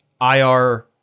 ir